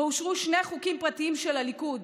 שבו אושרו שני חוקים פרטיים של הליכוד